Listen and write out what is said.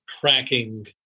cracking